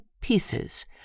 pieces